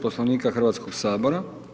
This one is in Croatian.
Poslovnika Hrvatskog sabora.